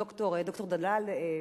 ד"ר דלאל,